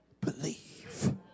believe